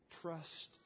Trust